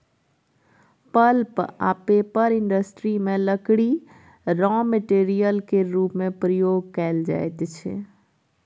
pulp आ paper industry मे लकड़ी राँ मेटेरियल केर रुप मे प्रयोग कएल जाइत छै